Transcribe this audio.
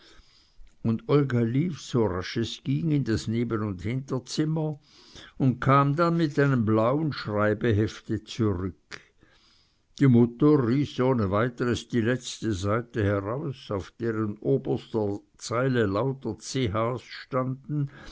und olga lief so rasch es ging in das neben und hinterzimmer und kam dann mit einem blauen schreibehefte zurück die mutter riß ohne weiteres die letzte seite heraus auf deren oberster zeile lauter ch's standen